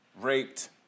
raped